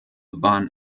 waren